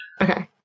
Okay